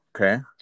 okay